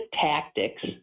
tactics